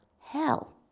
Hell